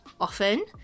often